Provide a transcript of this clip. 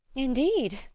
indeed,